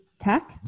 tech